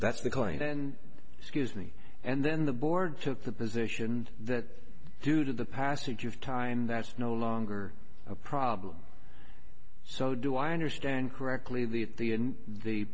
that's the claim then excuse me and then the board took the position that due to the passage of time that's no longer a problem so do i understand correctly the the